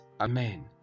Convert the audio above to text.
Amen